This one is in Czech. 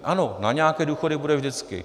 Ano, na nějaké důchody bude vždycky.